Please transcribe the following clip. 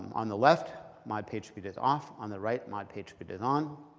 on the left mod pagespeed is off, on the right mod pagespeed is on.